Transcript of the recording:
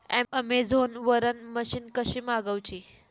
Amazon वरन machine कशी मागवची?